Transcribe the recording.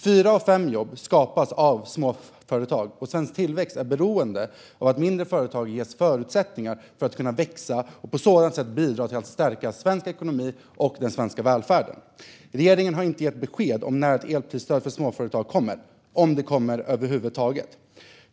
Fyra av fem jobb skapas av småföretag, och svensk tillväxt är beroende av att mindre företag ges förutsättningar att kunna växa och på så sätt bidra till att stärka svensk ekonomi och den svenska välfärden. Regeringen har inte gett besked om när ett elprisstöd för småföretag kommer - om det kommer över huvud taget.